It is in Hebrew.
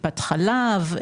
טיפת חלב,